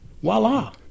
voila